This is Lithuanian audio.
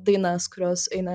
dainas kurios eina